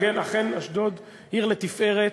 אכן, אשדוד עיר לתפארת.